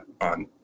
on